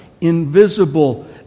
invisible